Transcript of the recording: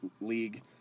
league